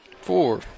Four